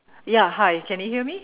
ya hi can you hear me